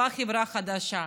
באה חברה חדשה.